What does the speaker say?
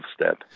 step